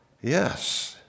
Yes